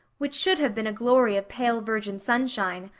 which should have been a glory of pale virgin sunshine,